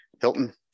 Hilton